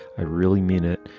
ah really mean it.